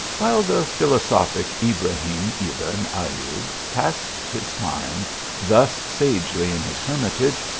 while the philosophic ibrahim ebn ayub passed his time thus sagely in his hermitage,